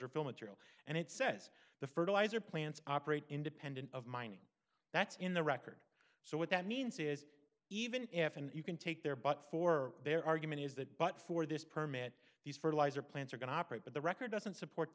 fill material and it says the fertilizer plants operate independent of mining that's in the record so what that means is even if and you can take there but for their argument is that but for this permit these fertilizer plants are going to operate but the record doesn't support